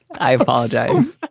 i apologize.